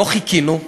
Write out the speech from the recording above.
לא חיכינו,